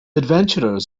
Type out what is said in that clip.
adventurers